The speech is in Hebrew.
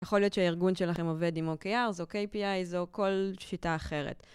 יכול להיות שהארגון שלכם עובד עם OKRs, או KPIs, או כל שיטה אחרת.